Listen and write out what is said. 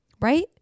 right